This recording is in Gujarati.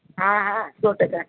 હા હા સો ટકા